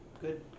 Good